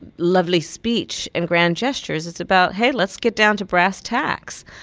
lovely speech and grand gestures. it's about, hey, let's get down to brass tacks.